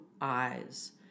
eyes